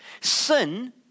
Sin